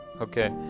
okay